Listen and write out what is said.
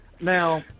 Now